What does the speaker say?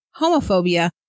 homophobia